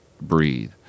breathe